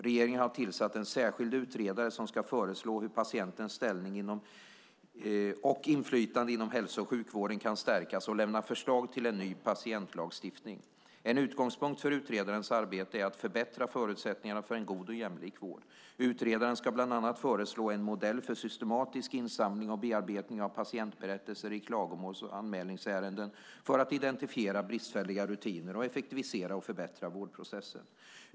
Regeringen har tillsatt en särskild utredare som ska föreslå hur patientens ställning inom och inflytande över hälso och sjukvården kan stärkas och lämna förslag till en ny patientlagstiftning. En utgångspunkt för utredarens arbete är att förbättra förutsättningarna för en god och jämlik vård. Utredaren ska bland annat föreslå en modell för systematisk insamling och bearbetning av patientberättelser i klagomåls och anmälningsärenden för att identifiera bristfälliga rutiner och effektivisera och förbättra vårdprocessen.